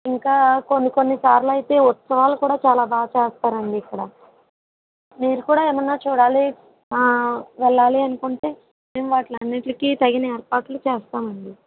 ఇంకా కొన్ని కొన్ని సార్లయితే ఉత్సవాలు కూడా చాలా బాగా చేస్తారండి ఇక్కడ మీరు కూడా ఏమన్నా చూడాలి వెళ్లాలి అనుకుంటే మేము వాటి అన్నిటికి తగిన ఏర్పాట్లు చేస్తామండి